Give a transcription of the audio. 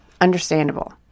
understandable